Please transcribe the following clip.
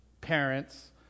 parents